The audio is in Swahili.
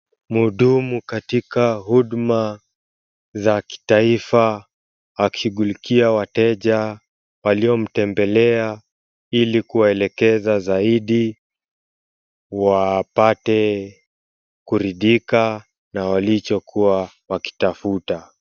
Mhudumu katika huduma za kitaifa akishughulikia wateja waliomtembelea ili kuwaelekeza zaidi wapate kuridhika na walichokuwa wakitafuta.